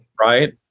right